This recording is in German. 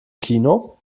kino